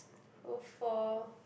oh four